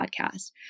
podcast